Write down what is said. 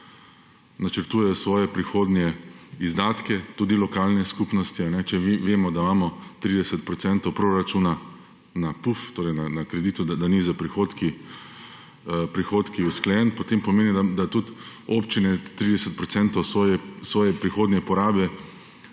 načrtujejo svoje prihodnje izdatke, tudi lokalne skupnosti. Če vemo, da imamo 30 % proračuna na puf, torej na kredit, da ni s prihodki usklajen, potem pomeni, da tudi občine 30 % svoje prihodnje porabe